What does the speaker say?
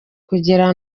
kugera